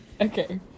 okay